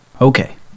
Okay